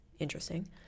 interesting